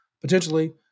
potentially –